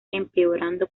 empeorando